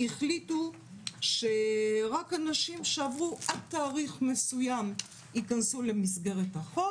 החליטו שרק אנשים שעברו עד תאריך מסוים ייכנסו למסגרת החוק,